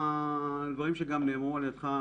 לדברים שגם נאמרו על ידך,